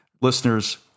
Listeners